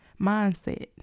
mindset